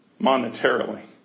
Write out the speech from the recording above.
monetarily